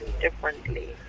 differently